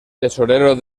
tesorero